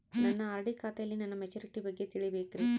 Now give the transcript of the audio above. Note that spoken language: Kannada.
ನನ್ನ ಆರ್.ಡಿ ಖಾತೆಯಲ್ಲಿ ನನ್ನ ಮೆಚುರಿಟಿ ಬಗ್ಗೆ ತಿಳಿಬೇಕ್ರಿ